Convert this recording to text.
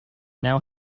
now